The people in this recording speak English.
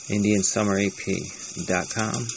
IndiansummerAP.com